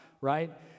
Right